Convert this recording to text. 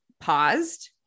paused